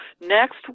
next